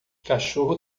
cachorro